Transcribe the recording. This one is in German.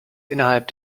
innerhalb